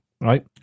Right